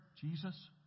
Jesus